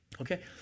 Okay